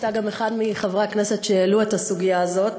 אתה גם אחד מחברי הכנסת שהעלו את הסוגיה הזו,